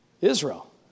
Israel